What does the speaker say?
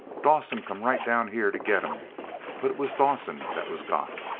dawson come right down here to get him but it was dawson that was got.